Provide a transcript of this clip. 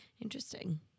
interesting